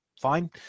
Fine